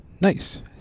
Nice